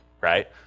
right